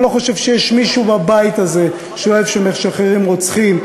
אני לא חושב שיש מישהו בבית הזה שאוהב שמשחררים רוצחים.